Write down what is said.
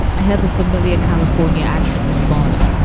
i heard the familiar california accent respond.